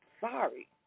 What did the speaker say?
sorry